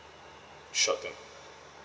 short term